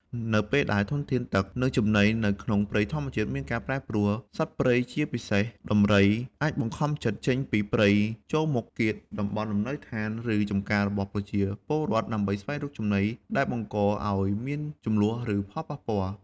នៅពេលដែលធនធានទឹក និងចំណីនៅក្នុងព្រៃធម្មជាតិមានការប្រែប្រួល សត្វព្រៃជាពិសេសដំរី អាចបង្ខំចិត្តចេញពីព្រៃចូលមកកៀកតំបន់លំនៅឋាន ឬចំការរបស់ប្រជាពលរដ្ឋ ដើម្បីស្វែងរកចំណី ដែលបង្កឱ្យមានជម្លោះ ឬផលប៉ះពាល់។